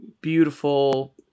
beautiful